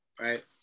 right